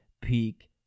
peak